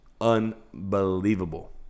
Unbelievable